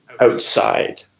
outside